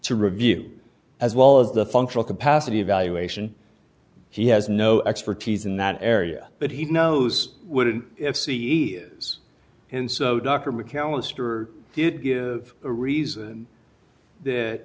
to review as well of the functional capacity evaluation he has no expertise in that area but he knows wouldn't if the is in so dr mcalister did give a reason that